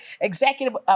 executive